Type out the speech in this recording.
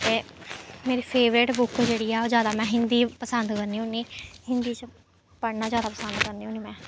ते मेरी favourite book जेह्ड़ी ऐ ओह् जैदा में हिंदी दी पसंद करनी होन्नी हिंदी च पढ़ना जैदा पसंद करनी होन्नीं में